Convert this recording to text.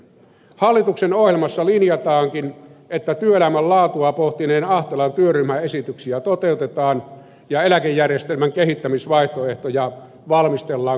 hallituksen ohjelmassa linjataankin että työelämän laatua pohtineen ahtelan työryhmän esityksiä toteutetaan ja eläkejärjestelmän kehittämisvaihtoehtoja valmistellaan kolmikantaisesti